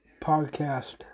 podcast